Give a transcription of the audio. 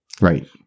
Right